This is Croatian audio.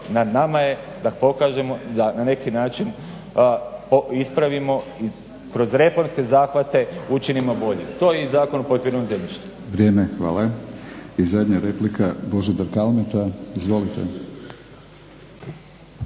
nama je da pokažemo da na neki način ispravimo i kroz reformske zahvate učinimo boljim, to i Zakon o poljoprivrednom zemljištu.